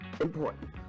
important